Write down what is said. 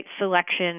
selection